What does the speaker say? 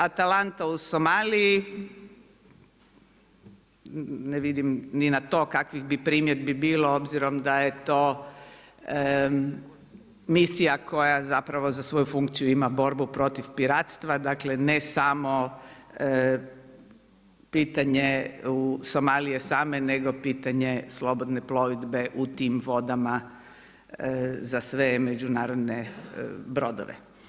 Atalanta u Somaliji, ne vidim ni na to kakvih bi primjedbi bilo obzirom da je to misija koja zapravo za svoju funkciju ima borbu protiv piratstva, dakle ne samo pitanje Somalije same nego pitanje slobodne plovidbe u tim vodama za sve međunarodne brodove.